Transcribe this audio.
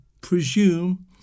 presume